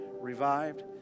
revived